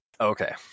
Okay